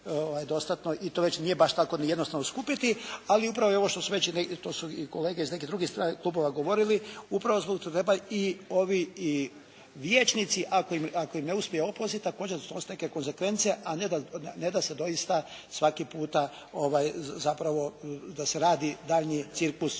i to već nije baš tako ni jednostavno skupiti ali je upravo ovo što su već, to su već i kolege iz nekih drugih klubova govorili, upravo zbog toga treba i vijećnici ako im ne uspije opoziv također da snose neke konzekvence a ne da se doista svaki puta zapravo da se radi daljnji cirkus